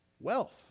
wealth